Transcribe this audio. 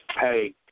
hey